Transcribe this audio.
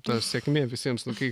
ta sėkmė visiems nu kai